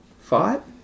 fought